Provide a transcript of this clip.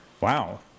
Wow